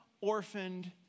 orphaned